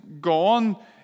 gone